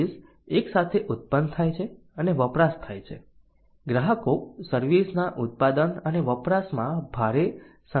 service એક સાથે ઉત્પન્ન થાય છે અને વપરાશ થાય છે ગ્રાહકો સર્વિસ ના ઉત્પાદન અને વપરાશમાં ભારે સંકળાયેલા છે